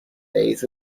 days